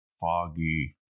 foggy